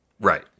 Right